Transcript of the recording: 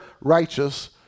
righteous